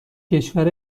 کشور